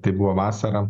tai buvo vasara